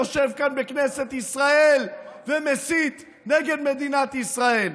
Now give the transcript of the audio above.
יושב כאן בכנסת ישראל ומסית נגד מדינת ישראל?